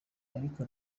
ariko